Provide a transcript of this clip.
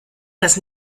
das